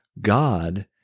God